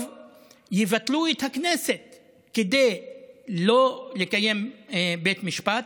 יבטלו את הכנסת כדי לא לקיים בית משפט,